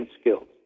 skills